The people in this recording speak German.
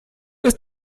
ist